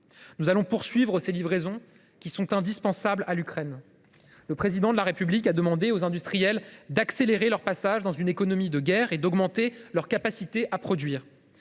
Nous allons poursuivre ces livraisons, qui sont indispensables à l’Ukraine. Le Président de la République a demandé aux industriels d’accélérer leur passage dans une économie de guerre et d’augmenter leur capacité à produire.